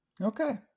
Okay